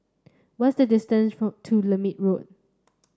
what's the distance to Lermit Road